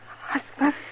husband